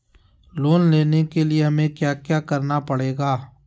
Loan लेने के लिए हमें क्या क्या करना पड़ेगा?